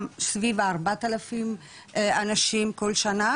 סביב ה-4,000 אנשים כל שנה,